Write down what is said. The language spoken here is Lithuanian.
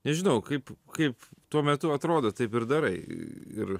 nežinau kaip kaip tuo metu atrodo taip ir darai ir